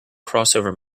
crossover